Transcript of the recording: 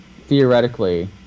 theoretically